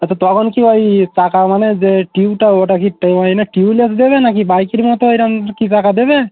আচ্ছা তখন কি ওই টাকা মানে দে কিনতে হবে ওটা কি তোমরা এনে দেবে না কি বাইকের মতো এরকম কি দেবে